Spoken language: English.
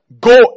Go